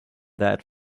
that